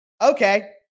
Okay